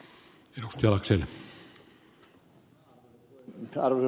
arvoisa puhemies